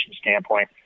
standpoint